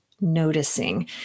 noticing